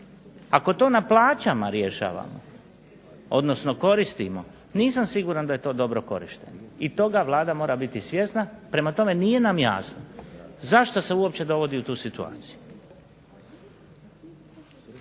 Ako to na plaćama rješavamo odnosno koristimo nisam siguran da je to dobro korišteno i toga Vlada mora biti svjesna. Prema tome, nije nam jasno zašto se uopće dovodi u tu situaciju.